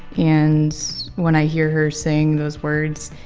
and when i hear her sing those words,